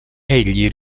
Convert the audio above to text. egli